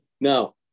No